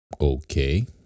okay